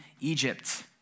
Egypt